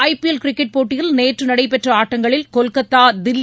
ஐ P L cricket போட்டியில் நேற்று நடைபெற்ற ஆட்டங்களில் கொல்கத்தா தில்லி